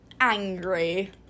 angry